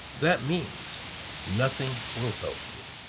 that means nothing will help you.